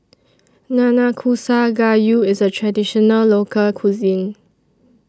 Nanakusa Gayu IS A Traditional Local Cuisine